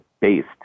based